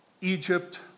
Egypt